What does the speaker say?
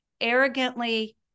arrogantly